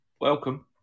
Welcome